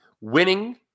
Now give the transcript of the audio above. winning